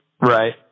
Right